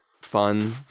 fun